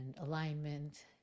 alignment